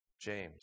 James